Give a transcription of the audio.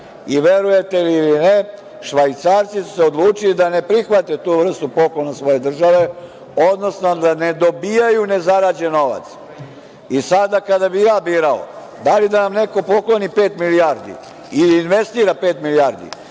radi. Verujete li ili ne, Švajcarci su odlučili da ne prihvate tu vrstu poklona svoje države, odnosno da ne dobijaju nezarađen novac. Sada, kada bih ja birao, da li da nam neko pokloni pet milijardi ili investira pet milijardi,